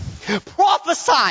Prophesy